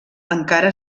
encara